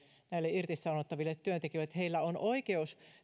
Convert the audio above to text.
näille irtisanottaville työntekijöille että heillä on oikeus